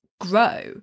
grow